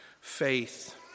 Faith